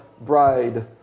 bride